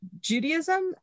Judaism